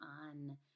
on